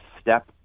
step